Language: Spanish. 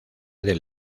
del